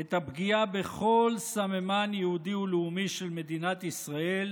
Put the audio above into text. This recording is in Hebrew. את הפגיעה בכל סממן יהודי ולאומי של מדינת ישראל,